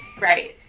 right